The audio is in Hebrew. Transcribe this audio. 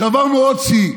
שברנו עוד שיא,